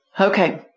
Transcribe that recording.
Okay